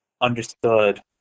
understood